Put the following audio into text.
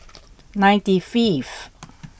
ninety fifth